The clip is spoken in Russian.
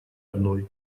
одной